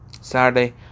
Saturday